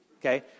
okay